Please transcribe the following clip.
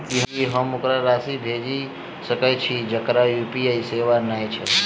की हम ओकरा राशि भेजि सकै छी जकरा यु.पी.आई सेवा नै छै?